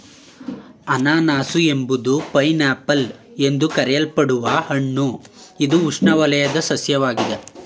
ಅನನಾಸು ಎಂಬುದು pineapple ಎಂದು ಕರೆಯಲ್ಪಡುವ ಹಣ್ಣು ಇದು ಉಷ್ಣವಲಯದ ಸಸ್ಯವಾಗಿದೆ